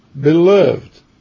Beloved